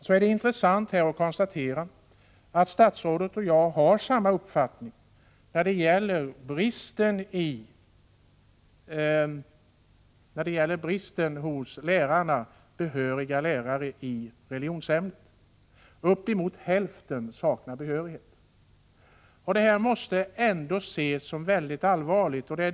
Det är intressant att konstatera att statsrådet och jag har samma uppfattning när det gäller bristen på behöriga lärare i ämnet religion. Uppemot hälften saknar behörighet. Detta måste man ändå se väldigt allvarligt på.